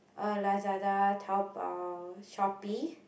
uh Lazada Taobao Shopee